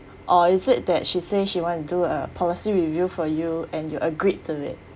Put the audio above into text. or is it that she say she want to do a policy review for you and you agreed to it